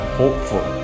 hopeful